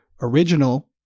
original